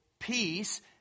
Peace